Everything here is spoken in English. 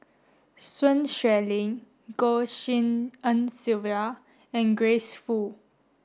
Sun Xueling Goh Tshin En Sylvia and Grace Fu